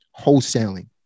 wholesaling